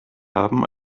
haben